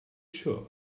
sure